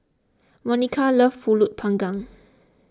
Monica loves Pulut Panggang